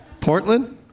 Portland